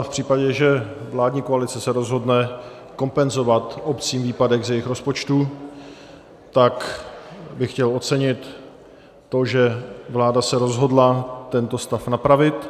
A v případě, že vládní koalice se rozhodne kompenzovat obcím výpadek z jejich rozpočtu, tak bych chtěl ocenit to, že vláda se rozhodla tento stav napravit.